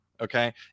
okay